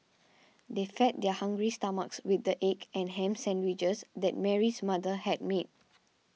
they fed their hungry stomachs with the egg and ham sandwiches that Mary's mother had made